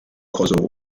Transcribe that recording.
kosovo